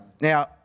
Now